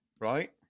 right